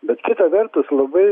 bet kita vertus labai